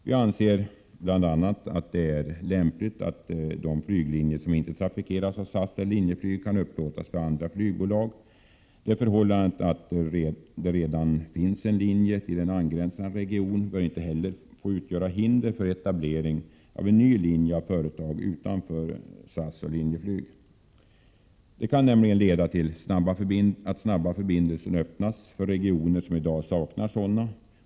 Vi anser bl.a. att det är lämpligt att de flyglinjer som inte trafikeras av SAS eller Linjeflyg kan upplåtas för andra flygbolag. Det förhållandet att det redan finns en linje till en angränsande region bör inte heller få utgöra hinder för etablering av en ny linje av företag utanför SAS/Linjeflyg. Detta kan nämligen leda till att snabba förbindelser öppnas för regioner som i dag saknar sådana.